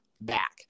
back